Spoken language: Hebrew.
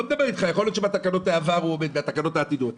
יכול להיות שבתקנות מן העבר הוא עומד ובתקנות העתידיות.